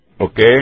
okay